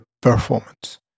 performance